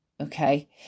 okay